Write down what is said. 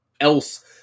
else